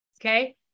okay